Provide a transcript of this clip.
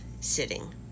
sitting